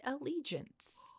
Allegiance